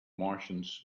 martians